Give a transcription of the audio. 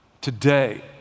Today